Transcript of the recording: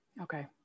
Okay